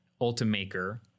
Ultimaker